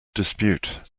dispute